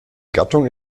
gattung